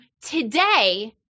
today